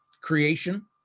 creation